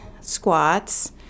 squats